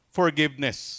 forgiveness